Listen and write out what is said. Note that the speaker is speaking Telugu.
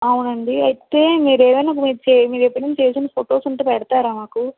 అవునండీ అయితే మీరేదన్నా మీరు చే మీరెప్పుడన్నా చేసిన ఫొటోస్ ఉంటే పెడతారా మాకు